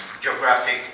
geographic